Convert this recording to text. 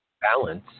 balance